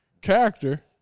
character